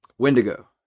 Wendigo